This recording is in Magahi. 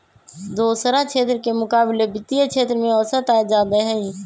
दोसरा क्षेत्र के मुकाबिले वित्तीय क्षेत्र में औसत आय जादे हई